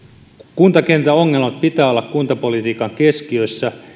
kuntakentän ongelmien pitää olla kuntapolitiikan keskiössä